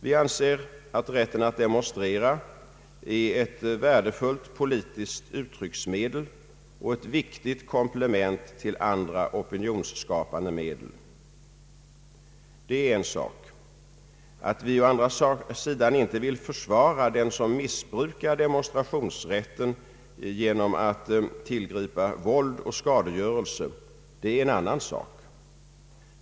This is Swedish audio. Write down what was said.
Vi anser att rätten att demonstrera är ett värdefullt politiskt uttrycksmedel och ett viktigt komplement till andra opinionsskapande medel. Det är en sak. Att vi å andra sidan inte vill försvara dem som missbrukar demonstrationsrätten genom att tillgripa våld och skadegörelse är en annan sak.